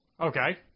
Okay